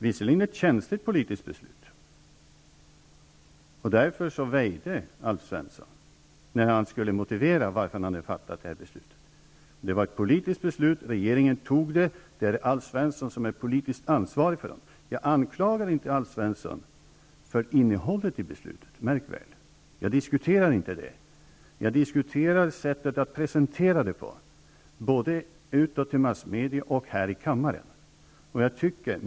Det var ett känsligt beslut, och därför väjde Alf Svensson när han skulle motivera varför han hade fattat det. Det var ett politiskt beslut, regeringen tog det, och det är Alf Svensson som är politiskt ansvarig för det. Jag anklagar inte Alf Svensson för innehållet i beslutet -- märk väl -- utan jag diskuterar sättet att presentera det på, både utåt till massmedia och här i kammaren.